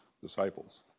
disciples